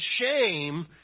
shame